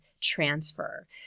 transfer